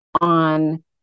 on